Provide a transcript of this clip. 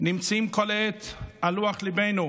נמצאים כל העת על לוח ליבנו,